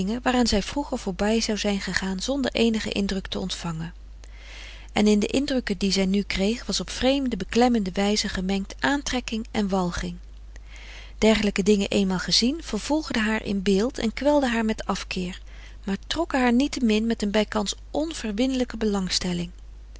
waaraan zij vroeger voorbij zou zijn gegaan zonder eenigen indruk te ontvangen en in de indrukken die zij nu kreeg was op vreemde beklemmende wijze gemengd aantrekking en walging dergelijke dingen eenmaal gezien vervolgden haar in beeld en kwelden haar met afkeer maar trokken haar niettemin met een bijkans onverwinlijke belangstelling